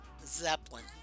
Zeppelin